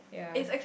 ya